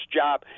job